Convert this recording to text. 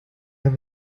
have